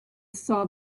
saw